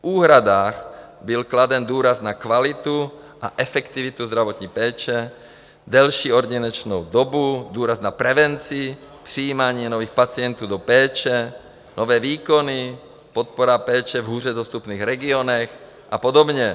V úhradách byl kladen důraz na kvalitu a efektivitu zdravotní péče, delší ordinační dobu, důraz na prevenci, přijímání nových pacientů do péče, nové výkony, podpora péče v hůře dostupných regionech a podobně.